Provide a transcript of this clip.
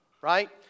Right